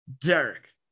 Derek